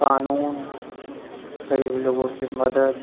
قانون غریب لوگوں کی مدد